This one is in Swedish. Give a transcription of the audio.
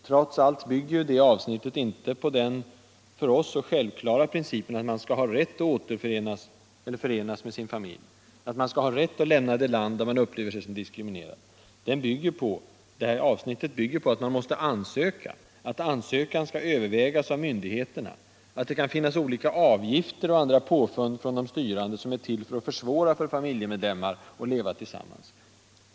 Trots allt bygger ju det avsnittet inte på den för oss så självklara principen att man skall ha rät att förenas med sin familj, och att man skall ha rärt att lämna det land där man upplever sig som diskriminerad, utan på att man måste ansöka, att ansökan skall övervägas av myndigheterna, att det kan finnas olika avgifter och andra påfund från de styrande som är till för att försvåra för familjemedlemmar att leva tillsammans.